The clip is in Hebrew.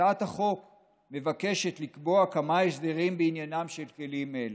הצעת החוק מבקשת לקבוע כמה הסדרים בעניינם של כלים אלה.